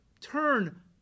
turn